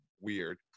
weird